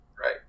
Right